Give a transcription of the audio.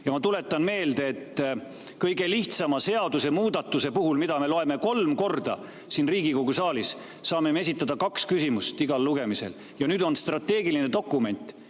Ma tuletan meelde, et kõige lihtsama seadusemuudatuse puhul, mida me loeme kolm korda siin Riigikogu saalis, me saame esitada kaks küsimust igal lugemisel. Aga nüüd on strateegiline dokument,